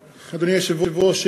היושב-ראש,